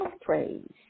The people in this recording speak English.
praise